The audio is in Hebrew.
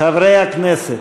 חברי הכנסת,